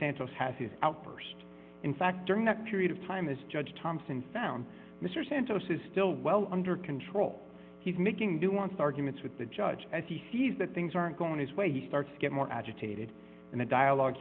santos has his outburst in fact during that period of time as judge thompson found mr santos is still well under control he's making do wants arguments with the judge as he sees that things aren't going his way he starts to get more agitated and the dialogue